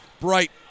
Bright